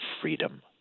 freedom